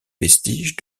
vestiges